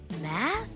math